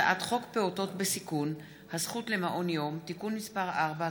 הצעת חוק פעוטות בסיכון (הזכות למעון יום) (תיקון מס' 4),